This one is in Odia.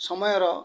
ସମୟର